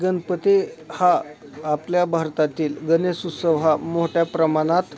गणपती हा आपल्या भारतातील गणेश उत्सव हा मोठ्या प्रमाणात